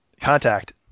Contact